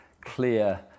clear